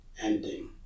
ending